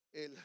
El